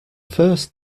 first